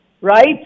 right